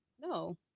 No